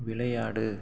விளையாடு